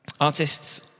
Artists